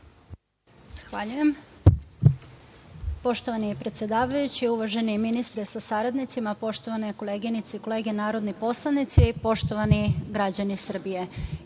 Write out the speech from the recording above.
Hvala.